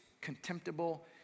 contemptible